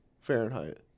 Fahrenheit